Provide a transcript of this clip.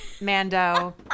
Mando